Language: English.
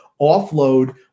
offload